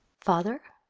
father,